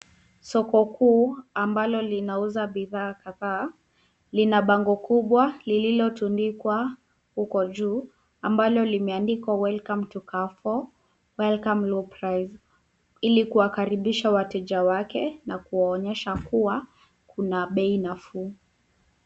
Soko kuu ambalo linauza bidhaa kadhaa lina bango kubwa lililotundikwa huko juu ambalo limeandikwa welcome to carrefour, welcome low price ili kuwakaribisha wateja wake na kuwaonyesha kuwa kuna bei nafuu.